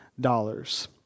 dollars